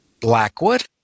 Blackwood